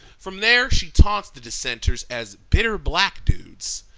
from there, she taunts the dissenters as bitter black dudes,